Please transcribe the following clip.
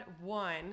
one